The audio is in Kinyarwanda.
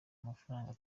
amafaranga